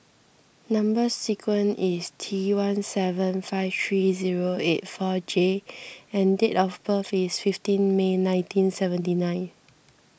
Number Sequence is T one seven five three zero eight four J and date of birth is fifteen May nineteen seventy nine